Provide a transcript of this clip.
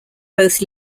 both